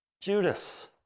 Judas